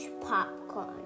Popcorn